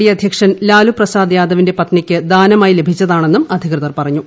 D അധ്യക്ഷൻ ലാലു പ്രസാദ് യാദവിന്റെ പത്നിയ്ക്ക് ദാനമായി ലഭിച്ചതാണെന്നും അധികൃതർ പറഞ്ഞു